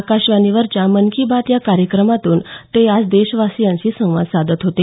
आकाशवाणीवरच्या मन की बात या कार्यक्रमातून ते आज देशवासीयांशी संवाद साधत होते